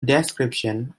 description